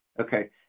Okay